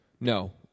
No